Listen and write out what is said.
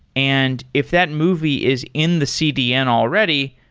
and if that movie is in the cdn already,